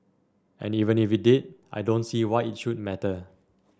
and even if it did I don't see why it should matter